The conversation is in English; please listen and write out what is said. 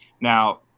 Now